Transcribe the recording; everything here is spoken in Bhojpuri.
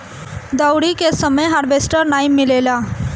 दँवरी के समय हार्वेस्टर नाइ मिलेला